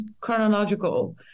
chronological